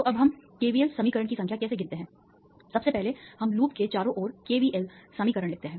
तो अब हम KVL समीकरण की संख्या कैसे गिनते हैं सबसे पहले हम लूप के चारों ओर केवीएल समीकरण लिखते हैं